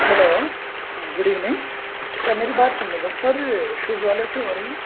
hello good evening کیا میری بات مظفر شوز والے سے ہو رہی